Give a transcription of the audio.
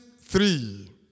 Three